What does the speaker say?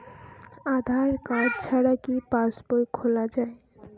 আধার card ছাড়া কি পাসবই খোলা যায়?